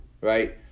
right